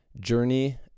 journey